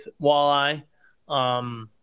walleye